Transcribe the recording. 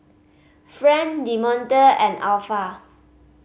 Friend Demonte and Alpha